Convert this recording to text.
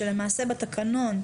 שלמעשה בתקנון,